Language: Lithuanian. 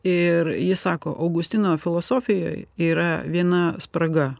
ir jis sako augustino filosofijoj yra viena spraga